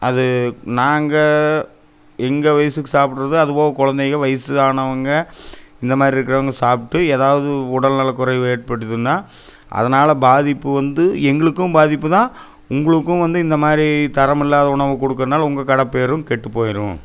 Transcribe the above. அது நாங்கள் எங்கள் வயதுக்கு சாப்புட்றதை அதுவும் குழந்தைங்கள் வயசானவுங்கள் இந்த மாதிரி இருக்கிறவுங்க சாப்பிட்டு ஏதாவது உடல்நல குறைவு ஏற்பட்டுதுனால் அதனால பாதிப்பு வந்து எங்களுக்கும் பாதிப்புதான் உங்களுக்கும் வந்து இந்த மாதிரி தரம் இல்லாத உணவு கொடுக்குறனால உங்கள் கடை பேரும் கெட்டு போயிடும்